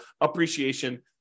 appreciation